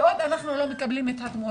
ועוד אנחנו לא מקבלים את התמורה.